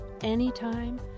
anytime